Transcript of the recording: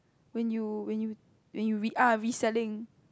when you when you when you re~ ah reselling